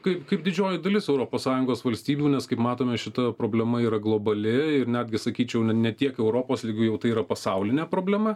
kaip kaip didžioji dalis europos sąjungos valstybių nes kaip matome šita problema yra globali ir netgi sakyčiau ne tiek europos lygiu jau tai yra pasaulinė problema